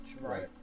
right